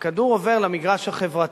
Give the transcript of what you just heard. הכדור עובר למגרש החברתי,